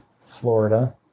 Florida